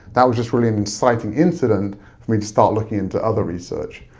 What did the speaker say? that was just really an inciting incident, for me to start looking into other research.